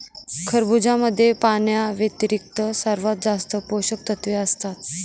खरबुजामध्ये पाण्याव्यतिरिक्त सर्वात जास्त पोषकतत्वे असतात